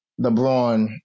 LeBron